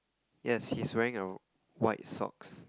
yes he's wearing a white socks